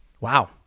Wow